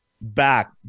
back